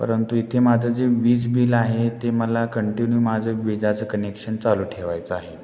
परंतु इथे माझं जे वीज बिल आहे ते मला कंटिन्यू माझं वीजेचं कनेक्शन चालू ठेवायचं आहे